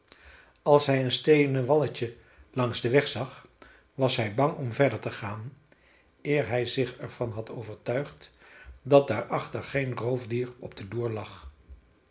als hij een steenen walletje langs den weg zag was hij bang om verder te gaan eer hij er zich van had overtuigd dat daar achter geen roofdier op den loer lag